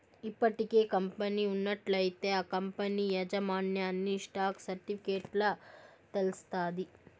ఇప్పటికే కంపెనీ ఉన్నట్లయితే ఆ కంపనీ యాజమాన్యన్ని స్టాక్ సర్టిఫికెట్ల తెలస్తాది